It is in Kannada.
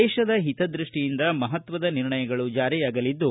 ದೇಶದ ಹಿತದೃಷ್ಟಿಯಿಂದ ಮಹತ್ವದ ನಿರ್ಣಯಗಳು ಜಾರಿಯಾಗಲಿದ್ದು